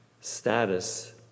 status